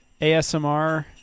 ASMR